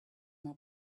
more